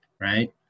right